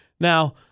Now